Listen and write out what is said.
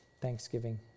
thanksgiving